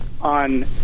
on